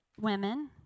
Women